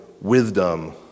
wisdom